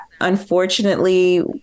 unfortunately